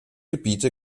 gebiete